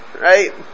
right